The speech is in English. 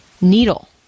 needle